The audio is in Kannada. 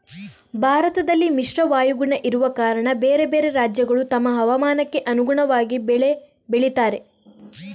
ಭಾರತದಲ್ಲಿ ಮಿಶ್ರ ವಾಯುಗುಣ ಇರುವ ಕಾರಣ ಬೇರೆ ಬೇರೆ ರಾಜ್ಯಗಳು ತಮ್ಮ ಹವಾಮಾನಕ್ಕೆ ಅನುಗುಣವಾಗಿ ಬೆಳೆ ಬೆಳೀತಾರೆ